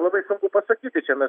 labai sunku pasakyti čia mes